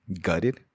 Gutted